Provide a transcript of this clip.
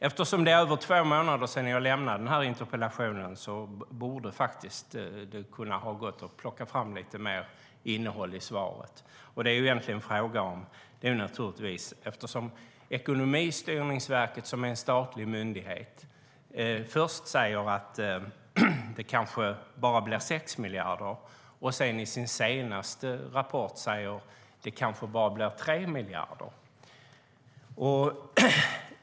Eftersom det är över två månader sedan jag ställde interpellationen borde det ha gått att ge svaret lite mer innehåll. Den statliga myndigheten Ekonomistyrningsverket sade först att det kunde bli 6 miljarder, men i sin senaste rapport säger man att det kan bli bara 3 miljarder.